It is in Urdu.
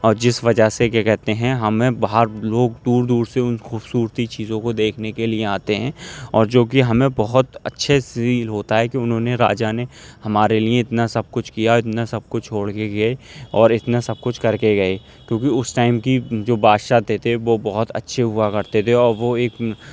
اور جس وجہ سے کیا کہتے ہیں ہمیں باہر لوگ دور دور سے ان خوبصورتی چیزوں کو دیکھنے کے لیے آتے ہیں اور جو کہ ہمیں بہت اچھے سے ریل ہوتا ہے کہ انہوں نے راجہ نے ہمارے لئے اتنا سب کچھ کیا اتنا سب کچھ چھوڑ کے گئے اور اتنا سب کچھ کر کے گئے کیونکہ اس ٹائم کی جو بادشاہ تے تھے وہ بہت اچھے ہوا کرتے تھے اور وہ ایک